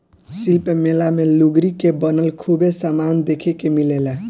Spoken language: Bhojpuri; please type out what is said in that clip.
शिल्प मेला मे लुगरी के बनल खूबे समान देखे के मिलेला